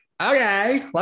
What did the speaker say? okay